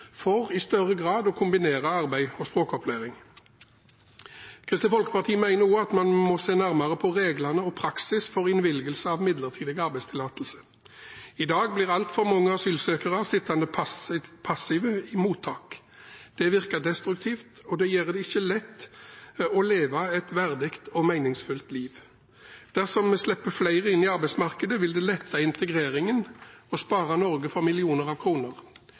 for i større grad å kombinere arbeid og språkopplæring. Kristelig Folkeparti mener også at man må se nærmere på reglene og praksis for innvilgelse av midlertidig arbeidstillatelse. I dag blir altfor mange asylsøkere sittende passive i mottak. Det virker destruktivt, og det gjør det ikke lett å leve et verdig og meningsfylt liv. Dersom vi slipper flere inn i arbeidsmarkedet, vil det lette integreringen og spare Norge for millioner av kroner.